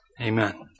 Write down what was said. Amen